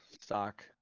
stock